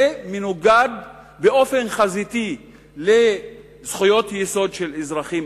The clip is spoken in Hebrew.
זה מנוגד באופן חזיתי לזכויות יסוד של אזרחים,